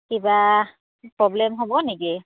কিবা প্ৰব্লেম হ'ব নেকি